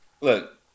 Look